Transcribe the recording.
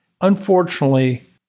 Unfortunately